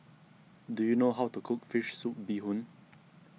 do you know how to cook Fish Soup Bee Hoon